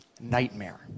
nightmare